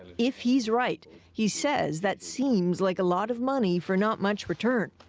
if he's right he says that seems like a lot of money for not much return.